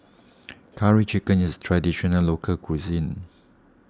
Curry Chicken is Traditional Local Cuisine